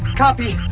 copy. oh,